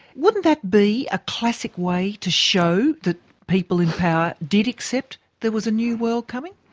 wouldn't that be a classic way to show that people in power did accept there was a new world coming?